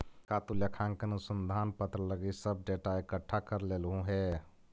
का तु लेखांकन अनुसंधान पत्र लागी सब डेटा इकठ्ठा कर लेलहुं हे?